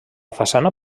façana